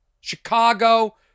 Chicago